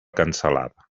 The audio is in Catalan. cansalada